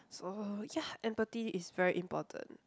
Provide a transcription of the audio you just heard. so ya empathy is very important